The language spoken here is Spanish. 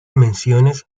menciones